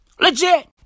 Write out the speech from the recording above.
Legit